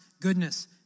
goodness